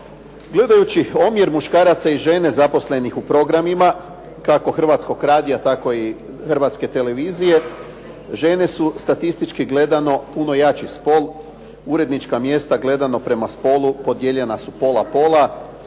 Gledajući omjer muškaraca i žena zaposlenih u programima kako Hrvatskog radija tako i Hrvatske televizije, žene su statistički gledano puno jači spol, urednička mjesta gledano prema spolu podijeljena su pola-pola.